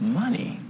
money